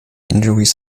injuries